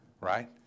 right